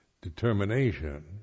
determination